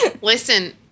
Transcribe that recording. listen